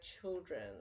children